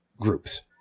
groups